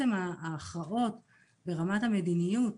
ההכרעות ברמת המדיניות